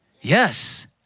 yes